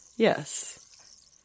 Yes